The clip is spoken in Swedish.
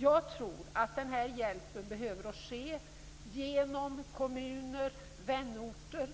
Jag tror att den här hjälpen behöver ges genom kommuner, vänorter,